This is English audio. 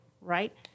right